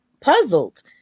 puzzled